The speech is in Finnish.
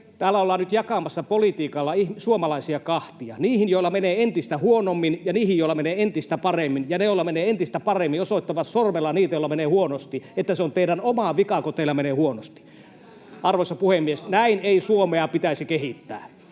täällä ollaan nyt jakamassa politiikalla suomalaisia kahtia, niihin, joilla menee entistä huonommin, ja niihin, joilla menee entistä paremmin, ja ne, joilla menee entistä paremmin, osoittavat sormella niitä, joilla menee huonosti, että se on teidän oma vikanne, kun teillä menee huonosti. [Vasemmalta: Kyllä! Juuri näin!] Arvoisa puhemies! Näin ei Suomea pitäisi kehittää.